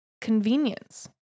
convenience